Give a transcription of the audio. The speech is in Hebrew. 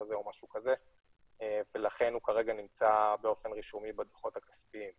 הזה או משהו כזה ולכן הוא כרגע נמצא באופן רישומי בדוחות הכספיים.